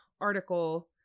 article